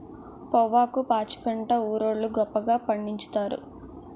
పొవ్వాకు పాచిపెంట ఊరోళ్లు గొప్పగా పండిచ్చుతారు